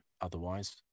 otherwise